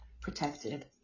protected